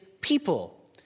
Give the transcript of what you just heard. people